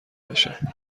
بشم